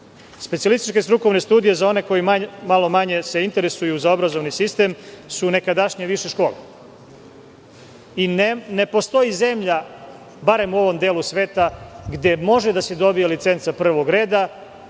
godine. Specijalističke strukovne studije za one koji se malo manje interesuju za obrazovni sistem su nekadašnje više škole i ne postoji zemlja, barem u ovom delu sveta, gde može da se dobije licenca prvog reda